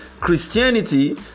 christianity